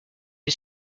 vie